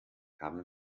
haben